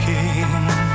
King